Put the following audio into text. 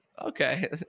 Okay